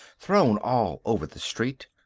thrown all over the street,